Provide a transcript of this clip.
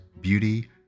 beauty